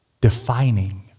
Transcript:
defining